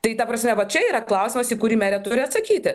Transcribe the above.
tai ta prasme va čia yra klausimas į kurį merė turi atsakyti